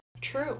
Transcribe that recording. True